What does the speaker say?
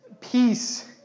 peace